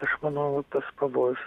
aš manau tas pavojus